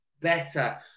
better